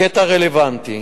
הקטע הרלוונטי